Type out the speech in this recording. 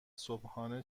صبحانه